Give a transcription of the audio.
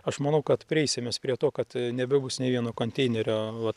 aš manau kad prieisim mes prie to kad nebebus nei vieno konteinerio vat